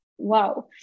Wow